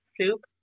soup